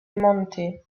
monte